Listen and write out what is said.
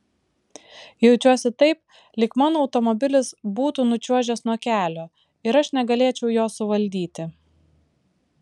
jaučiuosi taip lyg mano automobilis būtų nučiuožęs nuo kelio ir aš negalėčiau jo suvaldyti